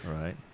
Right